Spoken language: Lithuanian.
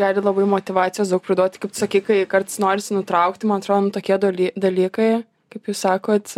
gali labai motyvacijos daug priduot kaip tu sakei kai kartais norisi nutraukti man atrodo tokie dal dalykai kaip jūs sakot